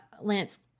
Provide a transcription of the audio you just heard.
Lance